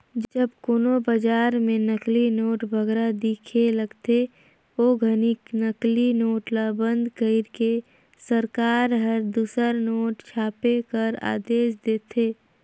जब कोनो बजार में नकली नोट बगरा दिखे लगथे, ओ घनी नकली नोट ल बंद कइर के सरकार हर दूसर नोट छापे कर आदेस देथे